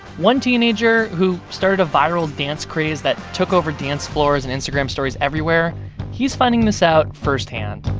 one teenager who started a viral dance craze that took over dance floors and instagram stories everywhere he's finding this out firsthand